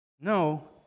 No